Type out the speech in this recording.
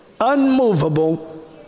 unmovable